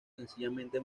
sencillamente